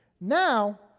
Now